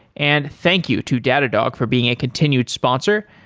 and thank you to datadog for being a continued sponsor.